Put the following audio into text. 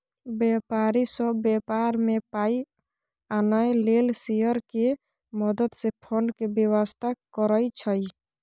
व्यापारी सब व्यापार में पाइ आनय लेल शेयर के मदद से फंड के व्यवस्था करइ छइ